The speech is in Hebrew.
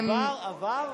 לא סומך עליך,